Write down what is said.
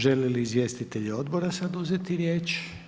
Žele li izvjestitelji odbora sad uzeti riječ?